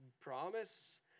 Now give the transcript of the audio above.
promise